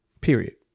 period